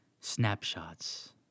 snapshots